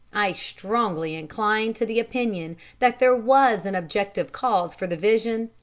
i strongly incline to the opinion that there was an objective cause for the vision,